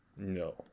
No